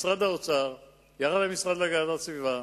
משרד האוצר ירד למשרד להגנת הסביבה,